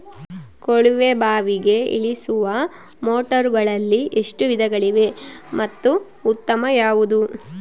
ಕೊಳವೆ ಬಾವಿಗೆ ಇಳಿಸುವ ಮೋಟಾರುಗಳಲ್ಲಿ ಎಷ್ಟು ವಿಧಗಳಿವೆ ಮತ್ತು ಉತ್ತಮ ಯಾವುದು?